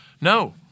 No